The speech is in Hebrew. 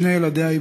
שני ילדיה,